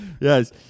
Yes